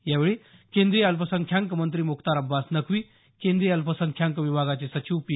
यावेळी केंद्रीय अल्पसंख्यांक मंत्री मुख्तार अब्बास नक्की केंद्रीय अल्पसंख्यांक विभागाचे सचिव पी